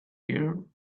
year